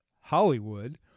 Hollywood